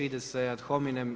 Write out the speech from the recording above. Ide se ad hominem.